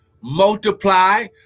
multiply